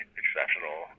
exceptional